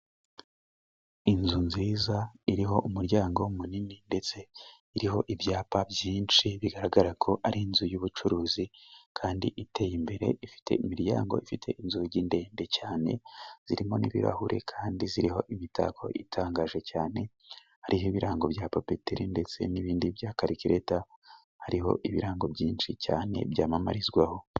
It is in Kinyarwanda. Inzu nziza iriho umuryango munini ndetse iriho ibyapa byinshi bigaragara ko ari inzu y'ubucuruzi kandi iteye imbere ifite imiryango ifite inzugi ndende cyane zirimo n'ibirahure kandi ziriho imitako itangaje cyane hariho ibirango bya papeteli ndetse n'ibindi bya karikireta hariho ibirango byinshi cyane byamamarizwaho.